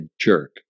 jerk